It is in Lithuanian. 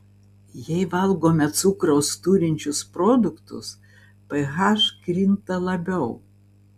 jei valgome cukraus turinčius produktus ph krinta labiau